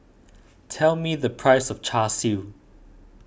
tell me the price of Char Siu